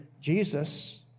Jesus